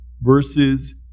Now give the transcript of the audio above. verses